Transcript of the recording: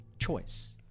choice